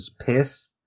Piss